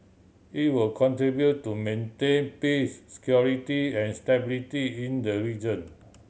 it will contribute to maintain peace security and stability in the region